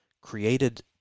created